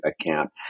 account